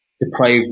Deprived